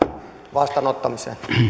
vastaanottamista